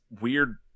weird